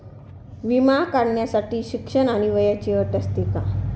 विमा काढण्यासाठी शिक्षण आणि वयाची अट असते का?